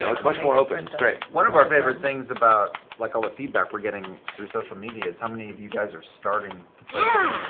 you know it's much more open. and it's great. liam one of our favorite things about like all the feedback we're getting through social media is how many of you guys are starting